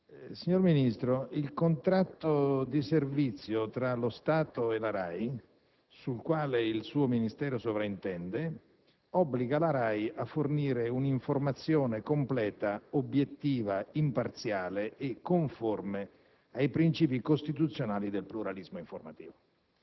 signor Ministro, il contratto di servizio tra lo Stato e la RAI, al quale il suo Ministero sovrintende, obbliga la RAI a fornire un'informazione completa, obiettiva, imparziale e conforme ai princìpi costituzionali del pluralismo informativo.